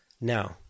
Now